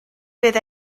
fydd